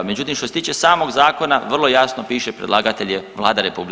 Međutim, što se tiče samog zakona vrlo jasno piše predlagatelj je Vlada RH.